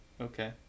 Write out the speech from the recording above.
okay